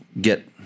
get